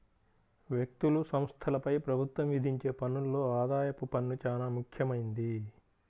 వ్యక్తులు, సంస్థలపై ప్రభుత్వం విధించే పన్నుల్లో ఆదాయపు పన్ను చానా ముఖ్యమైంది